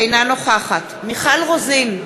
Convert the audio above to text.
אינה נוכחת מיכל רוזין,